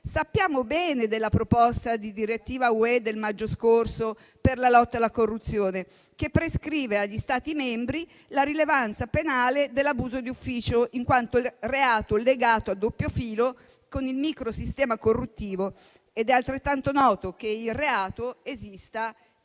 Sappiamo bene della proposta di direttiva UE del maggio scorso per la lotta alla corruzione che prescrive agli Stati membri la rilevanza penale dell'abuso di ufficio, in quanto reato legato a doppio filo con il microsistema corruttivo. È altrettanto noto che il reato esista